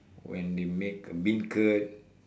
when they made bean curd